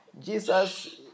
Jesus